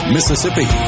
Mississippi